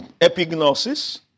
epignosis